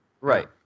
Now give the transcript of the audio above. Right